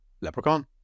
leprechaun